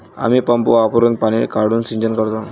आम्ही पंप वापरुन पाणी काढून सिंचन करतो